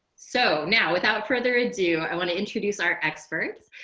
so now, without further ado, i want to introduce our experts.